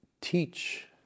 teach